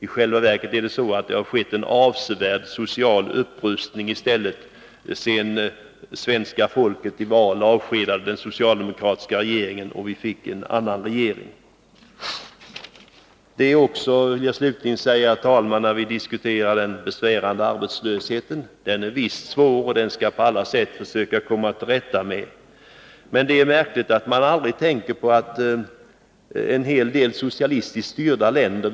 I själva verket är det så att det i stället skett en avsevärd social upprustning sedan svenska folket i val avskedade den socialdemokratiska regeringen och vi fick en annan regering. Slutligen, herr talman, har här diskuterats den besvärande arbetslösheten. Den innebär ett svårt problem, och vi skall på alla sätt försöka komma till rätta med den. Men det är märkligt att man aldrig tänker på vilken arbetslöshet man har i en hel del socialistiskt styrda länder.